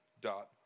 dot